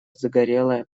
загорелая